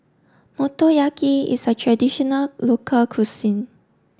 Motoyaki is a traditional local cuisine